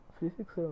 Physics